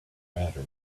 matter